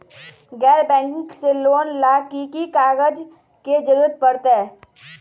गैर बैंकिंग से लोन ला की की कागज के जरूरत पड़तै?